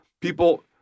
people